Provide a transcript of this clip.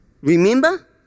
Remember